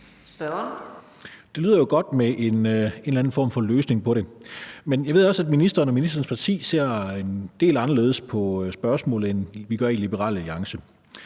Det lyder jo godt med en eller anden form for løsning på det. Men jeg ved også, at ministeren og ministerens parti ser en del anderledes på spørgsmålet, end vi gør i Liberal Alliance.